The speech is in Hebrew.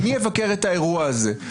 מי יבקר את האירוע הזה?